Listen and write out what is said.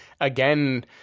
again